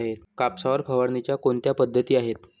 कापसावर फवारणीच्या कोणत्या पद्धती आहेत?